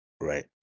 right